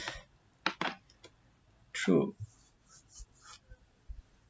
true